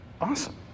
Awesome